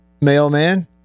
Mailman